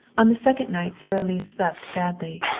on the second night sara lee slept badly.